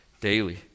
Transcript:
daily